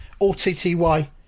O-T-T-Y